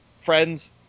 friends